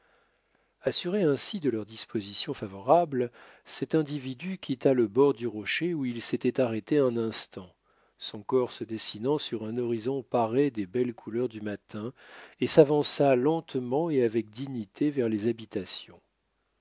assuré ainsi de leurs dispositions favorables cet individu quitta le bord du rocher où il s'était arrêté un instant son corps se dessinant sur un horizon paré des belles couleurs du matin et s'avança lentement et avec dignité vers les habitations